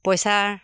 পইচাৰ